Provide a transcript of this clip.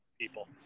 people